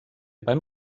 beim